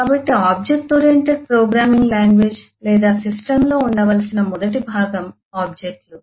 కాబట్టి object oriented programming language లేదా సిస్టమ్లో ఉండవలసిన మొదటి భాగం ఆబ్జెక్ట్ లు